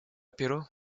перу